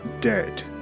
dead